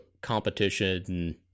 competition